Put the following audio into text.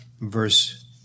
Verse